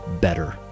better